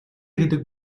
гэдэг